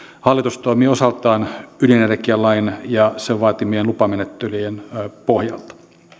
hallitus toimii osaltaan ydinenergialain ja sen vaatimien lupamenettelyjen pohjalta